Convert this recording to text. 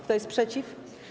Kto jest przeciw?